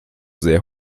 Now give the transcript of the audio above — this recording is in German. sehr